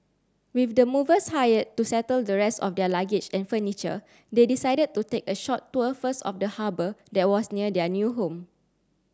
with the movers hired to settle the rest of their luggage and furniture they decided to take a short tour first of the harbour that was near their new home